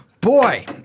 Boy